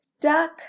duck